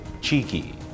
Cheeky